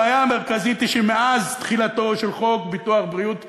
הבעיה המרכזית היא שמאז תחילתו של חוק ביטוח בריאות ממלכתי,